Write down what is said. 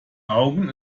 augen